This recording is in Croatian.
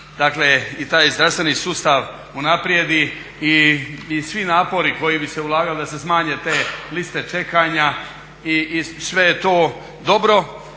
da se i taj zdravstveni sustav unaprijedi i svi napori koji bi se ulagali da se smanje te liste čekanja. I sve je to dobro